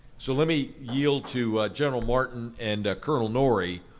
so let me yield to general martin and colonel norrie,